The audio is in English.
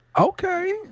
Okay